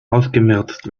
ausgemerzt